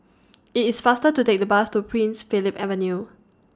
IT IS faster to Take The Bus to Prince Philip Avenue